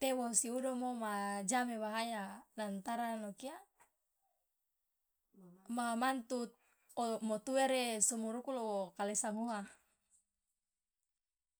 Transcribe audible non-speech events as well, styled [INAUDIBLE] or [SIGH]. teh wosi udomo ma jame bahaya lantaran okia [NOISE] ma mantutmo tuere sumur uku lo wo kalesang uwa. [NOISE]